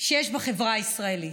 שיש בחברה הישראלית.